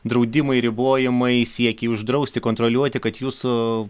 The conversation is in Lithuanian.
draudimai ribojimai siekiai uždrausti kontroliuoti kad jūsų